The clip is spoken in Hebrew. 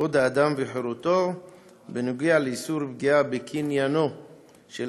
כבוד האדם וחירותו בנוגע לאיסור פגיעה בקניינו של